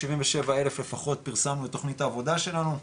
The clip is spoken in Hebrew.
77 אלף לפחות פרסמנו בתוכנית העבודה שלנו,